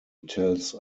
tells